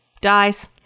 dies